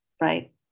right